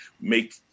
make